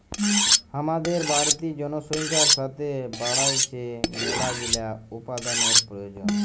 হামাদের বাড়তি জনসংখ্যার সাতে বাইড়ছে মেলাগিলা উপাদানের প্রয়োজন